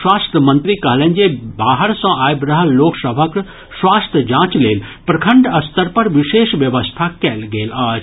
स्वास्थ्य मंत्री कहलनि जे बाहर से आबि रहल लोक सभक स्वास्थ्य जांच लेल प्रखंड स्तर पर विशेष व्यवस्था कयल गेल अछि